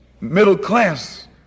middle-class